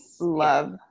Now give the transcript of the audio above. love